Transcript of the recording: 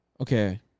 okay